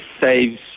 saves